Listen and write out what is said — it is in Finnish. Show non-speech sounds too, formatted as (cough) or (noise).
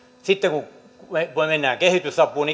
sitten kun me menemme kehitysapuun (unintelligible)